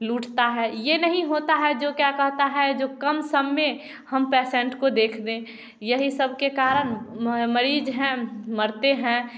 लूटता है ये नहीं होंता है जो क्या कहता है जो कम सम में हम पैसेंट को देख दें यही सबके कारण मरीज हैं मरते हैं